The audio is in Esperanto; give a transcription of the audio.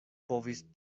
povis